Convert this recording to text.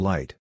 Light